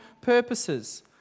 purposes